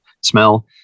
smell